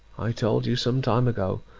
i told you some time ago,